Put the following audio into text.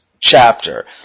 chapter